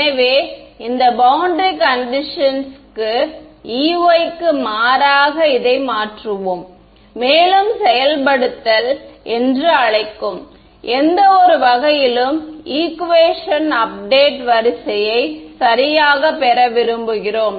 எனவே இந்த பௌண்டரி கண்டிஷன்ஸ்க்கு Ey க்கு மாற்றாக இதை மாற்றுவோம் மேலும் செயல்படுத்தல் என்று அழைக்கும் எந்தவொரு வகையிலும் ஈகுவேஷன் அப்டேட் வரிசையை சரியாகப் பெற விரும்புகிறோம்